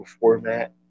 format